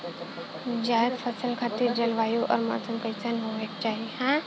जायद फसल खातिर जलवायु अउर मौसम कइसन होवे के चाही?